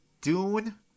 Dune